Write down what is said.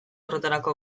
horretarako